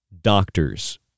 doctors